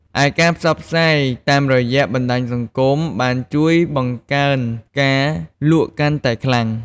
ឯការផ្សព្វផ្សាយតាមរយៈបណ្ដាញសង្គមបានជួយបង្កើនការលក់កាន់តែខ្លាំង។